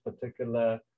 particular